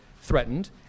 threatened